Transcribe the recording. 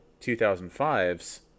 2005s